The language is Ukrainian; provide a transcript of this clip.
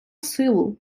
силу